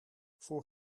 voor